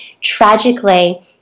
tragically